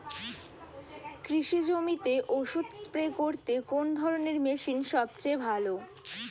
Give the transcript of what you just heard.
কৃষি জমিতে ওষুধ স্প্রে করতে কোন ধরণের মেশিন সবচেয়ে ভালো?